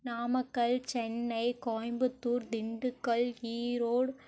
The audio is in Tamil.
நாமக்கல் சென்னை கோயம்புத்தூர் திண்டுக்கல் ஈரோடு